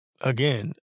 Again